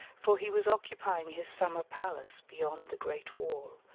for he was occupying his summer palace beyond the great wall,